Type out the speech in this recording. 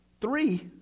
three